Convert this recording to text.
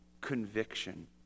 conviction